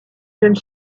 jeunes